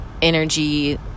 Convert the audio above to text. energy